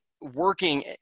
working